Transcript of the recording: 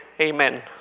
amen